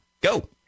Go